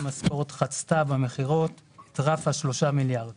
בספורט חצתה במכירות את רף ה-3 מיליארד שקל.